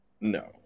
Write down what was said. No